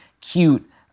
cute